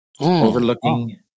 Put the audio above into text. Overlooking